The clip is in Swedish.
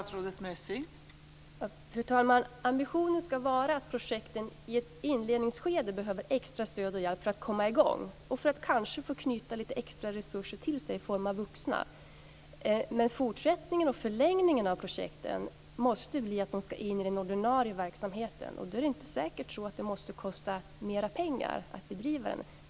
Fru talman! Avsikten är att bidraget ska gå till projekt i ett inledningsskede, då de behöver extra stöd och hjälp för att komma i gång och för att kanske knyta lite extra resurser till sig i form av vuxna. Men fortsättningen och förlängningen av projekten måste bli att de ska in i den ordinarie verksamheten. Då är det inte säkert att det måste kosta mer pengar att bedriva den.